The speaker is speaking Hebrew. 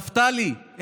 נפתלי,